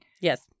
yes